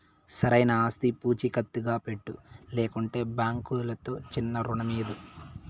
సరైన ఆస్తి పూచీకత్తుగా పెట్టు, లేకంటే బాంకీలుతో చిన్నా రుణమీదు